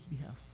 behalf